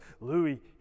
Louis